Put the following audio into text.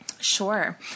Sure